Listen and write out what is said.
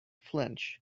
flinch